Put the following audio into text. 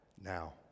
Now